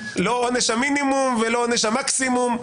לא עונש המינימום ולא עונש המקסימום,